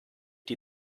die